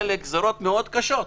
אלה גזרות מאוד קשות.